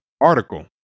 article